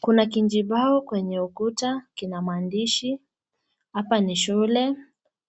Kuna kijibao kwenye ukuta kina maandishi. Hapa ni shule,